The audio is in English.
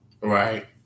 Right